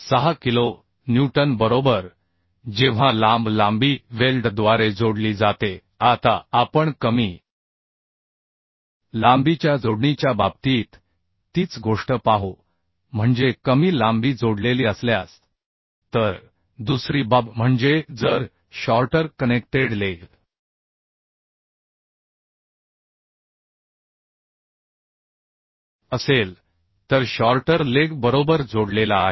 6 kilo newton बरोबर जेव्हा लांब लांबी वेल्डद्वारे जोडली जाते आता आपण कमी लांबीच्या जोडणीच्या बाबतीत तीच गोष्ट पाहू म्हणजे कमी लांबी जोडलेली असल्यास तर दुसरी बाब म्हणजे जर शॉर्टर कनेक्टेड लेग असेल तर शॉर्टर लेग बरोबर जोडलेला आहे